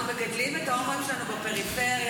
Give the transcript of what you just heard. אנחנו מגדלים את ההומואים שלנו בפריפריה,